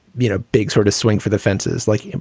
you know, big sort of swing for the fences, like,